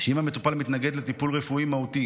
שאם המטופל מתנגד לטיפול רפואי מהותי